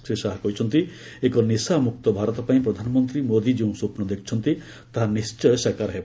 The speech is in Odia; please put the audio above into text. ଶ୍ରୀ ଶାହା କହିଛନ୍ତି ଏକ ନିଶାମୁକ୍ତ ଭାରତ ପାଇଁ ପ୍ରଧାନମନ୍ତ୍ରୀ ମୋଦି ଯେଉଁ ସ୍ୱପ୍ନ ଦେଖିଛନ୍ତି ତାହା ନିଶ୍ଚୟ ସାକାର ହେବ